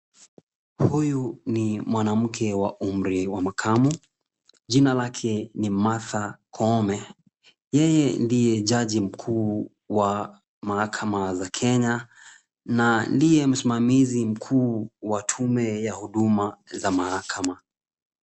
Huyu ni mwanamke wa umri wa makamo. Jina lake ni Martha Koome. Yeye ndiye jaji mkuu wa mahakama za Kenya na ndiye msimamizi mkuu wa tume za huduma ya mahakama.